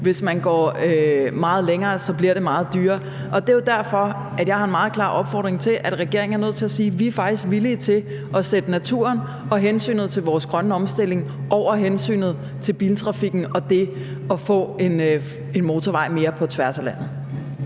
Hvis man går meget længere, bliver det meget dyrere, og det er jo derfor, jeg har en meget klar opfordring til regeringen, som er nødt til at sige: Vi er faktisk villige til at sætte hensynet til naturen og til den grønne omstilling over hensynet til biltrafikken og det at få en motorvej mere på tværs af landet.